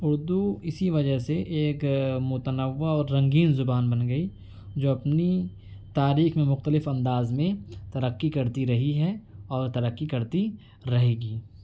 اردو اسی وجہ سے ایک متنوع اور رنگین زبان بن گئی جو اپنی تاریخ میں مختلف انداز میں ترقی کرتی رہی ہے اور ترقی کرتی رہے گی